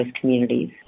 communities